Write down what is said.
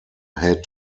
had